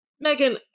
Megan